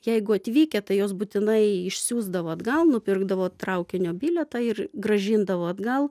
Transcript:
jeigu atvykę tai juos būtinai išsiųsdavo atgal nupirkdavo traukinio bilietą ir grąžindavo atgal